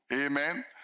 Amen